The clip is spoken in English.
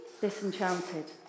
disenchanted